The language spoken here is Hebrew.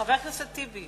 חבר הכנסת טיבי